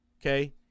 okay